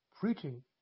preaching